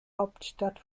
hauptstadt